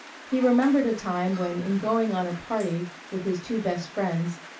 he remembered a time when in going on a party with his two best friends,